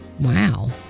Wow